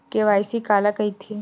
KYC काला कइथे?